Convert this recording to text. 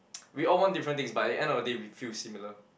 we all want different things but at the end of the day we feel similar